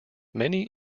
many